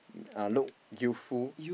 uh look youthful